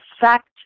fact